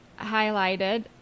highlighted